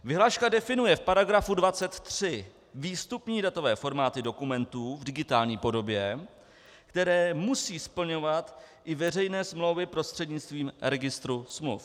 Vyhláška definuje v § 23 výstupní datové formáty dokumentů v digitální podobě, které musí splňovat i veřejné smlouvy prostřednictvím registru smluv.